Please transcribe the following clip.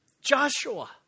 Joshua